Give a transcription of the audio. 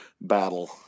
battle